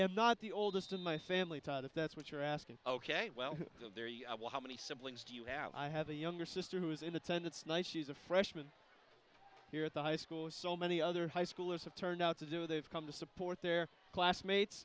am not the oldest in my family thought if that's what you're asking ok well there you will how many siblings do you have i have a younger sister who is in attendance nice she's a freshman here at the high school so many other high schoolers have turned out to do they've come to support their classmates